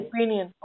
Opinion